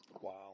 Wow